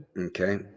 Okay